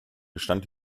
gestand